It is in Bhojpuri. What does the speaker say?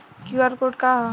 क्यू.आर कोड का ह?